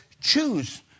choose